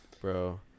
Bro